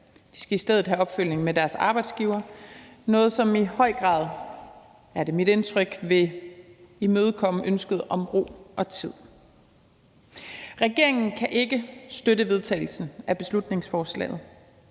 De skal i stedet have opfølgning med deres arbejdsgiver, og det er noget, som i høj grad – det er mit indtryk – vil imødekomme ønsket om ro og tid. Regeringen kan ikke støtte vedtagelsen af beslutningsforslaget.